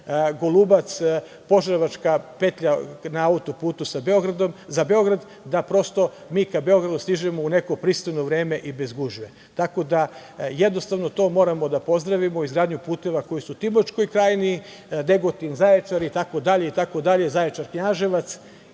Golubac – Požarevačka petlja na autoputu za Beograd, da prosto i mi ka Beogradu stižemo u neko pristojno vreme i bez gužve. Jednostavno, to moramo da pozdravimo izgradnju puteva koji su u Timočkoj krajini, Negotin – Zaječar, Zaječar – Knjaževac,